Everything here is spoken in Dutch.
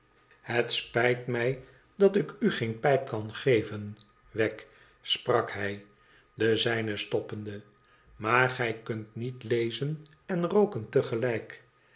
het spijt mij dat ik u geen pijp kan geven wegg sprak hij de zijne stoppende maar gij kunt niet lezen en rooken